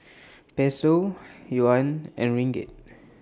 Peso Yuan and Ringgit